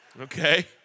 Okay